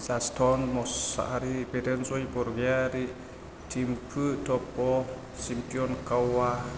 जास्थन मुसाहारि बेदेनजय बरग'यारि टिमपु टप्प' सिमपियन खावा